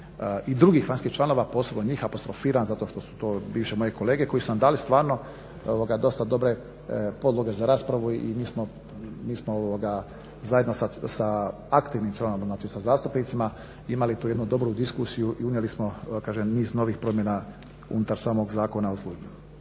i drugih vanjskih članova posebno njih apostrofiram zato što su to bivše moje kolege koji su nam dali stvarno dosta dobre podloge za raspravu i mi smo zajedno sa aktivnim članovima, znači sa zastupnicima imali tu jednu dobru diskusiju i unijeli smo kažem niz novih promjena unutar samog zakona.